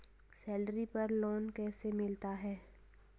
Salary पर loan कैसे मिलता है?